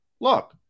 look